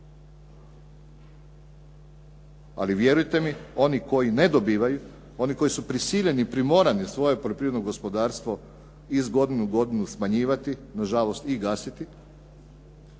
ali vjerujte mi oni koji ne dobivaju, oni koji su prisiljeni, primorani svoje poljoprivredno gospodarstvo iz godine u godinu smanjivati, na žalost i gasiti